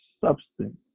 substance